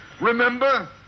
remember